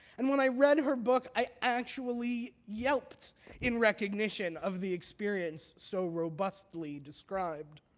and when i read her book, i actually yelped in recognition of the experience so robustly described.